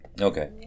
Okay